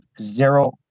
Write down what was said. zero